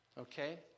okay